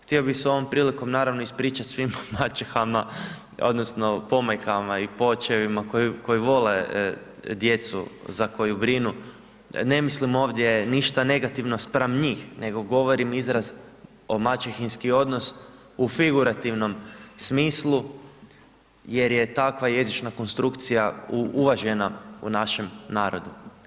Htio bi se ovom prilikom naravno ispričati svim maćehama odnosno pomajkama i poočevima koji vole djecu za koju brinu, ne mislim ovdje ništa negativno spram njih, nego govorim izraz o maćehinski odnos u figurativnom smislu, jer je takva jezična konstrukcija uvažena u našem narodu.